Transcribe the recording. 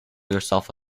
yourself